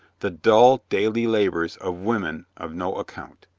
the dull daily labors of women of no account.